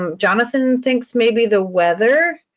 um jonathan thinks maybe the weather.